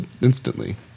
instantly